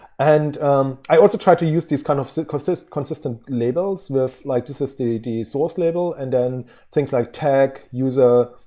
and i also tried to use these kind of so consistent labels consistent labels with like this is the id source label, and then things like tag user.